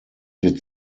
wird